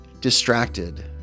distracted